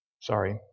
Sorry